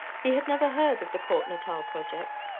he had never heard of the port natal project.